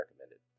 recommended